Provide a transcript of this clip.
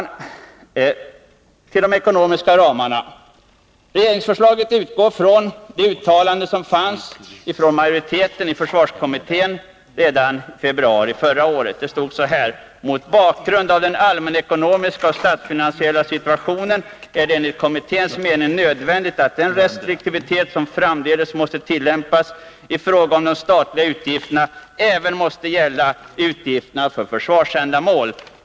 När det gäller de ekonomiska ramarna utgår regeringsförslaget från det uttalande som förelåg från majoriteten i försvarskommittén redan i februari förra året. Uttalandet löd så här: ”Mot bakgrund av den allmänekonomiska och statsfinansiella situationen är det enligt kommitténs mening nödvändigt att den restriktivitet som framdeles måste tillämpas i fråga om de statliga utgifterna även måste gälla utgifterna för försvarsändamål.